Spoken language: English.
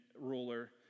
ruler